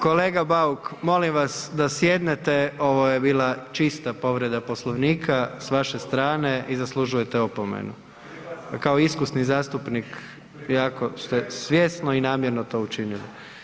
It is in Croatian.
Kolega Bauk, molim vas da sjednete, ovo je bila čista povreda Poslovnika s vaše strane i zaslužujete opomenu, kao iskusni zastupnik jako ste svjesno i namjerno to učinili.